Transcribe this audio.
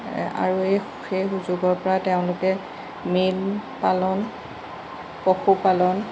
এই আৰু এই সেই সুযোগৰপৰা তেওঁলোকে মীন পালন পশুপালন